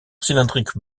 cylindrique